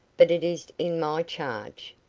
but it is in my charge,